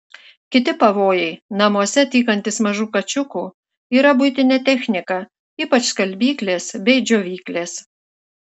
kiti pavojai namuose tykantys mažų kačiukų yra buitinė technika ypač skalbyklės bei džiovyklės